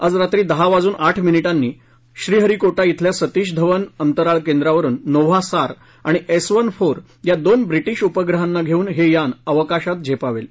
आज रात्री दहा वाजून आठ मिनिटांनी श्रीहरीकोटा श्रिल्या सतीश धवन अंतराळ केंद्रावरून नोव्हा सार आणि एस वन फोर या दोन ब्रिटीश उपग्रहांना घेऊन हे यान अवकाशात झेपावेल